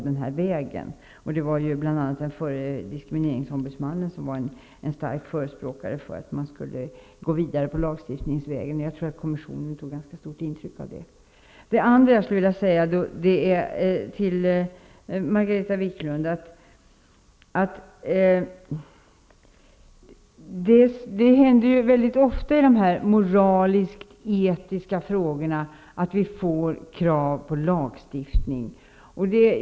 Den förre diskrimineringsombudsmannen var en stark förespråkare för att man skulle gå vidare på lagstiftningsvägen. Jag tror att kommissionen tog ganska stort intryck av det. Till Margareta Viklund skulle jag vilja säga att det händer väldigt ofta i dessa moraliskt-etiska frågor att det ställs krav på lagstiftning.